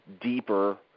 deeper